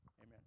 Amen